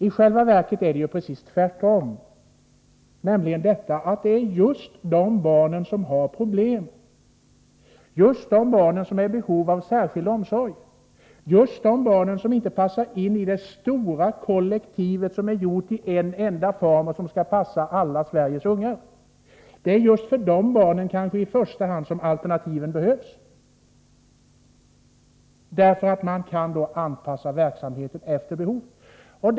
I själva verket är det precis tvärtom. Det är just för de barn som har problem, just för de barn som är i behov av särskild omsorg, just för de barn som inte passar in i det stora kollektivet — som är gjort i en enda form men ändå skall passa alla Sveriges ungar — som alternativen i första hand behövs, för då kan man anpassa verksamheten efter behoven.